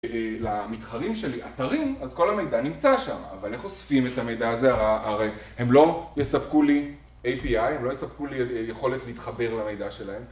למתחרים שלי, אתרים, אז כל המידע נמצא שם, אבל איך אוספים את המידע הזה, הרי הם לא יספקו לי API, הם לא יספקו לי יכולת להתחבר למידע שלהם.